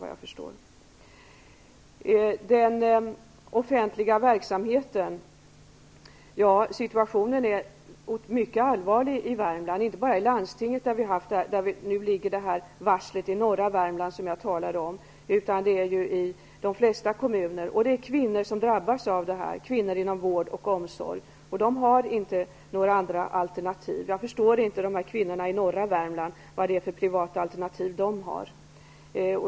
Situationen inom den offentliga verksamheten är mycket allvarlig i Värmland. Det gäller inte bara i landstinget, som står för det varsel i norra Värmland som jag har talat om, utan i de flesta kommuner. Det är kvinnor inom vård och omsorg som drabbas av detta, och de har inte några alternativ. Jag förstår inte vilka privata alternativ som kvinnorna i norra Värmland har.